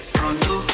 Pronto